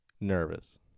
nervous